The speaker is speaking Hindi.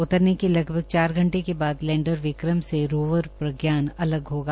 उतरने के लगभग साढ़े चार घंटे के बाद लैंडर विक्रम से रोवर प्रज्ञान अलग होगा